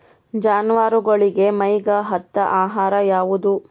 ಜಾನವಾರಗೊಳಿಗಿ ಮೈಗ್ ಹತ್ತ ಆಹಾರ ಯಾವುದು?